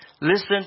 Listen